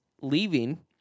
leaving